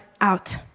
out